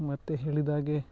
ಮತ್ತು ಹೇಳಿದಾಗೆ